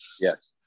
yes